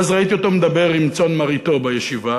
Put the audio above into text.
ואז ראיתי אותו מדבר עם צאן מרעיתו בישיבה,